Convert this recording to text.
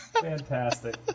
Fantastic